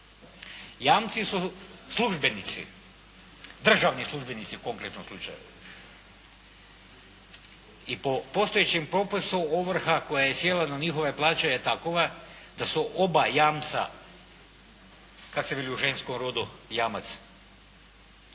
Jamci su službenici, državni službenici u konkretnom slučaju i po postojećem propisu ovrha koja je sjela na njihove plaće je takova da su oba jamca kak' se veli u ženskom rodu jamac,